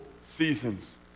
seasons